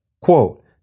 Quote